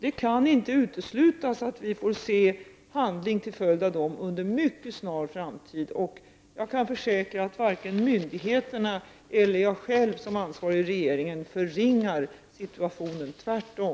Det kan inte uteslutas att vi till följd av denna granskning får se handling inom en mycket snar framtid. Jag kan försäkra att varken myndigheterna eller jag själv som ansvarig i regeringen förringar situationen — tvärtom!